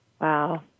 Wow